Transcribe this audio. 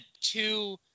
two